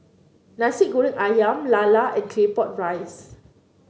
Nasi Goreng ayam lala and Claypot Rice